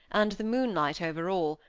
and the moonlight over all,